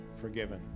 forgiven